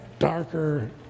darker